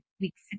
weeks